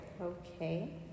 Okay